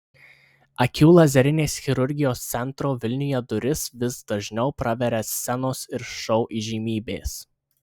akių lazerinės chirurgijos centro vilniuje duris vis dažniau praveria scenos ir šou įžymybės